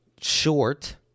Short